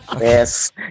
Yes